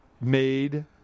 made